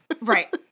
Right